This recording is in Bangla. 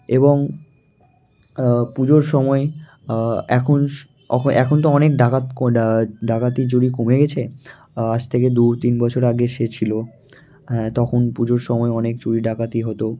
এবং পুজোর সময় এখন এখন তো অনেক ডাকাত ডাকাতি চুরি কমে গেছে আজ থেকে দু তিন বছর আগে সে ছিলো হ্যাঁ তখন পুজোর সময়ে অনেক চুরি ডাকাতি হতো